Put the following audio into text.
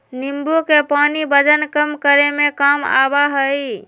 नींबू के पानी वजन कम करे में काम आवा हई